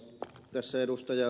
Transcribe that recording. tässä ed